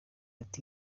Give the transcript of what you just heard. ati